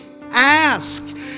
Ask